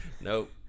Nope